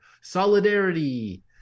Solidarity